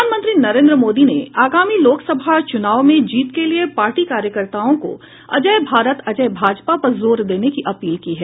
प्रधानमंत्री नरेन्द्र मोदी ने आगामी लोकसभा चुनाव में जीत के लिए पार्टी कार्यकर्ताओं को अजेय भारत अजेय भाजपा पर जोर देने की अपील की है